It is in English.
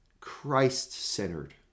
christ-centered